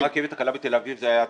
למה, הרכבת הקלה בתל אביב זה היה הצלחה?